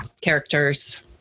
characters